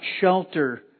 shelter